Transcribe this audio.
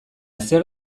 zer